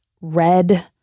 red